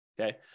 okay